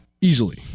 easily